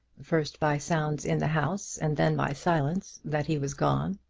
first by sounds in the house, and then by silence, that he was gone.